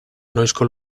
noizko